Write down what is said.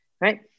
right